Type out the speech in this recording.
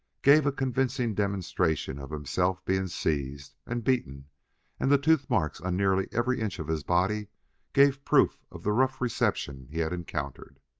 gave a convincing demonstration of himself being seized and beaten and the tooth-marks on nearly every inch of his body gave proof of the rough reception he had encountered.